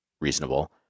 reasonable